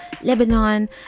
Lebanon